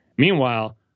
Meanwhile